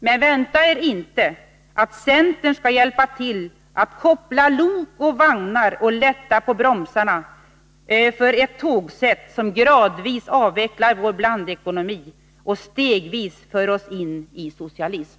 Men vänta er inte att centern skall hjälpa till att koppla lok och vagnar och lätta på bromsarna för ett tågsätt som gradvis avvecklar vår blandekonomi och stegvis för oss in i socialism!